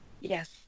yes